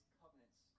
covenants